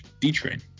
D-train